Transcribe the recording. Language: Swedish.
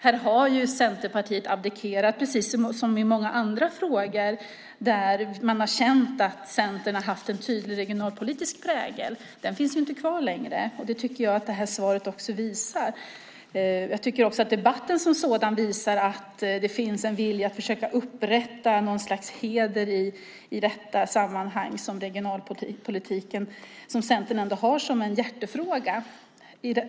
Här har Centerpartiet, precis som i många andra frågor, abdikerat. Man har känt att Centerpartiet tidigare har haft en tydlig regionalpolitisk prägel, men den finns inte kvar längre. Det tycker jag att också detta svar visar. Jag tycker också att debatten som sådan visar att det finns en vilja att försöka upprätta något slags heder i detta sammanhang i regionalpolitiken som Centern ändå har som en hjärtefråga.